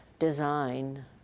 design